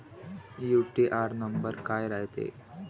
UTR number काय रायते?